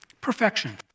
Perfection